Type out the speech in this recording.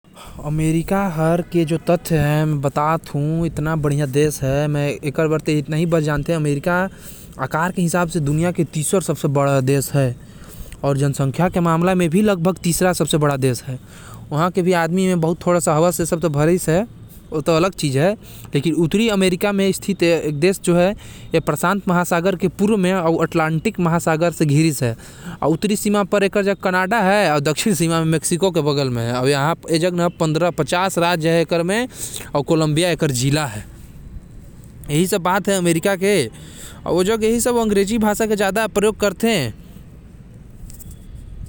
अमेरिका दुनिया के तीसरा सबसे बड़का देश हवे। आबादी म भी ए तीसर सबसे ज्यादा हवे। ए हर प्रशांत महासागर के पूर्व से अउ अटलांटिक महासागर से घिरिस है। एकर उत्तरी सीमा म कनाडा देश हवे अउ दक्षिण सीमा म मेक्सिको हवे। एकर राजधानी कॉलोम्बिया हवे।